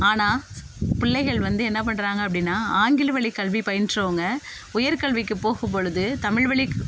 ஆனால் பிள்ளைகள் வந்து என்ன பண்றாங்க அப்படின்னா ஆங்கில வழி கல்வி பயின்றவங்க உயர் கல்விக்கு போகும்பொழுது தமிழ்வழி